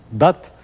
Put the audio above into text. but,